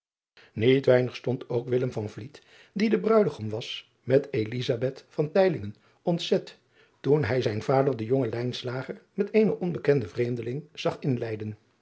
iet weinig stond ook die de ruidegom was met ontzet toen hij zijn vader den jongen met eenen onbekenden vreemdeling zag inleiden